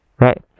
right